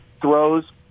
throws